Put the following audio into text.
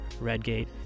Redgate